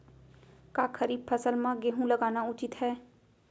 का खरीफ फसल म गेहूँ लगाना उचित है?